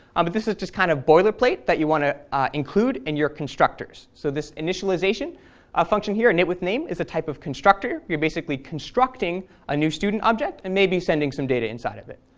um but this is kind of boilerplate that you want to include in your constructors. so this initialization function here, initwithname, is a type of constructor. you're basically constructing a new student object and maybe sending some data inside of it.